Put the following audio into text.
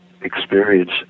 experience